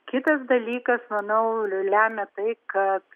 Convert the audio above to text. kitas dalykas manau lemia tai kad